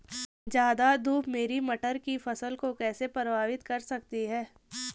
ज़्यादा धूप मेरी मटर की फसल को कैसे प्रभावित कर सकती है?